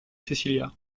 cecilia